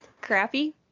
crappy